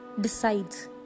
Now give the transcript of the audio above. decides